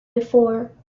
before